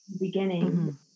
beginning